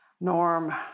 norm